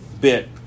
bit